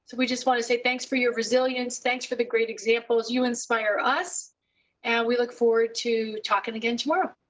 we just want to say thanks for your resilience, thanks for the great examples, you inspire us and we look forward to talking again tomorrow.